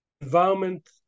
environment